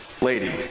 lady